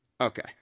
Okay